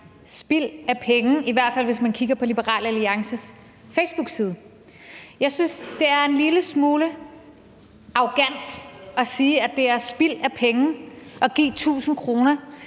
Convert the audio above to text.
spild af penge, i hvert fald hvis man kigger på Liberal Alliances facebookside. Jeg synes, det er en lille smule arrogant at sige, at det er spild af penge at give 1.000 kr.